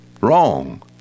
wrong